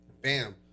Bam